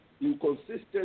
inconsistent